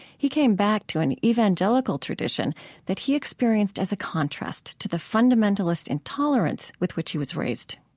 he came back to an evangelical tradition that he experienced as a contrast to the fundamentalist intolerance with which he was raised